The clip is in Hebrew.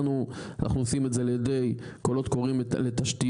אנחנו עושים את זה על ידי קולות קוראים לתשתיות,